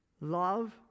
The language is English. Love